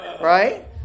right